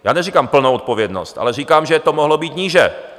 Já neříkám plnou odpovědnost, ale říkám, že to mohlo být níže.